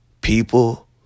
people